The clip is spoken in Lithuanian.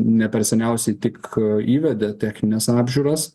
ne per seniausiai tik įvedė technines apžiūras